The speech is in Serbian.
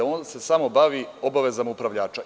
On se samo bavi obavezama upravljača.